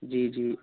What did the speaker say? जी जी